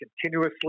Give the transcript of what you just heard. continuously